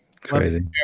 Crazy